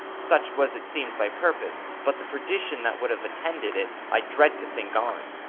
such was it seems thy purpose but the perdition that would have attended it i dread to think on.